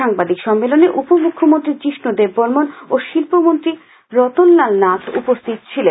সাংবাদিক সম্মেলনে উপ মুখ্যমন্ত্রী যিষ্ণু দেববর্মন ও শিল্পমন্ত্রী রতনলাল নাথ উপস্থিত ছিলেন